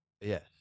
Yes